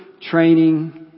training